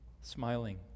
smiling